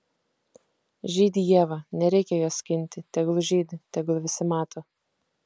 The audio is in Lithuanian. žydi ieva nereikia jos skinti tegul žydi tegul visi mato